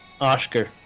oscar